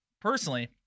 personally